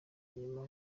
inyuma